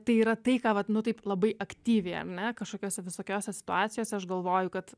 tai yra tai ką vat nu taip labai aktyviai ar ne kažkokiose visokiose situacijose aš galvoju kad